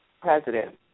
president